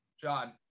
John